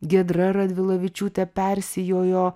giedra radvilavičiūtė persijojo